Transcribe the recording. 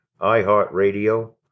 iHeartRadio